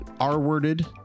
R-worded